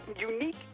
unique